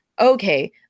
okay